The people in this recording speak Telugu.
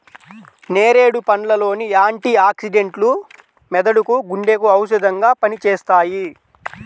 నేరేడు పండ్ల లోని యాంటీ ఆక్సిడెంట్లు మెదడుకు, గుండెకు ఔషధంగా పనిచేస్తాయి